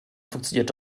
funktioniert